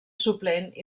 suplent